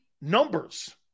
numbers